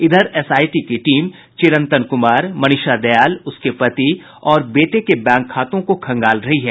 इधर एसआईटी की टीम चिरंतन कुमार मनीषा दयाल उसके पति और बेटे के बैंक खातों को खंगाल रही है